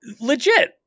Legit